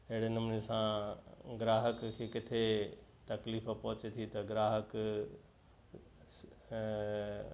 अहिड़े नमूने सां ग्राहक खे किथे तकलीफ़ पहुचे थी त ग्राहक ऐं